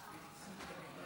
נמצאים כאן.